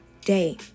day